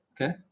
Okay